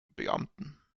beamten